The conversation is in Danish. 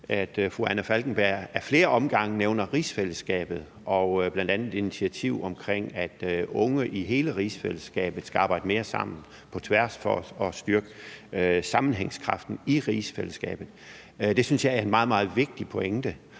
at fru Anna Falkenberg ad flere omgange nævner rigsfællesskabet og bl.a. et initiativ omkring, at unge i hele rigsfællesskabet skal arbejde mere sammen på tværs for at styrke sammenhængskraften i rigsfællesskabet. Det synes jeg er en meget, meget vigtig pointe,